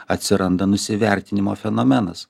atsiranda nusivertinimo fenomenas